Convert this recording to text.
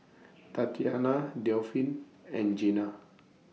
Tatyanna Delphine and Jena